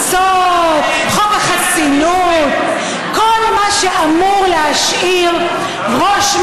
כאלו שעמדו כאן על הדוכן הזה בלי בושה ושיקרו.